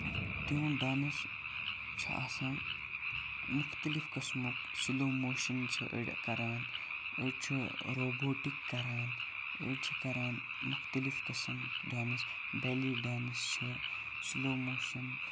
تِہُنٛد ڈانس چھُ آسان مُختلِف قٕسمُک سُلو موشَن چھ أڈۍ کَران أڈۍ چھِ روبوٹِک کَران أڈۍ چھِ کَران مُختلِف قٕسم ڈانس بیٚلی ڈانس چھُ سُلو موشَن